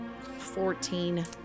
Fourteen